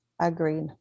Agreed